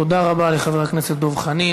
תודה רבה לחבר הכנסת דב חנין.